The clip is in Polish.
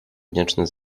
wdzięczny